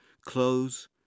clothes